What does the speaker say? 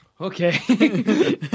Okay